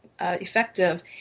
effective